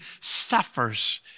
suffers